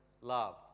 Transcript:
love